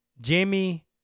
Jamie